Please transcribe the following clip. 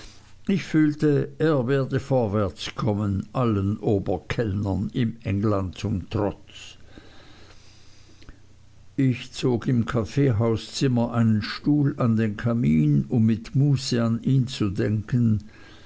ich fühlte er werde vorwärts kommen allen oberkellnern in england zum trotz ich zog im kaffeehauszimmer einen stuhl an den kamin um mit muße an ihn zu denken